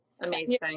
amazing